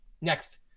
next